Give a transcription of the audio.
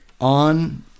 on